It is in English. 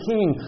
King